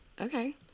okay